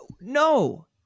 no